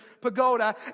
pagoda